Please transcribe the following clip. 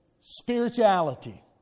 spirituality